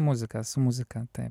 muzika su muzika taip